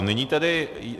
Nyní tedy...